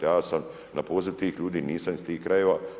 Ja sam na poziv tih ljudi, nisam iz tih krajeva.